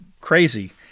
crazy